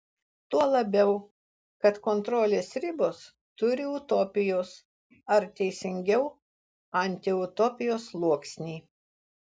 tuo labiau kad kontrolės ribos turi utopijos ar teisingiau antiutopijos sluoksnį